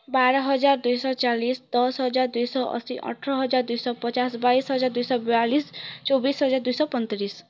ବାର ହଜାର ଦୁଇଶହ ଚାଳିଶ ଦଶ ହଜାର ଦୁଇଶହ ଅଶୀ ଅଠର ହଜାର ଦୁଇଶହ ପଚାଶ ବାଇଶ ହଜାର ଦୁଇଶହ ବୟାଲିଶ ଚବିଶ ହଜାର ଦୁଇଶହ ପଇଁତିରିଶ